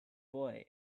boy